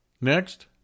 Next